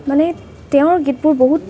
মানে তেওঁৰ গীতবোৰ বহুত